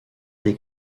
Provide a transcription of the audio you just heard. des